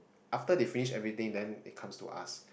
after they finish everything then it comes to us